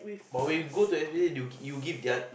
but we go to S_P_C_A they will you give their